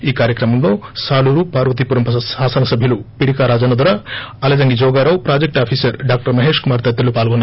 ఈ కార్యక్రమంలో సాలూరు పార్వతీపురం శాసన సభ్యులు Pidika Rajanna Dora Alajangi Jogarao project officer doctor Mahesh Kumar తదితరులు పాల్గొన్నారు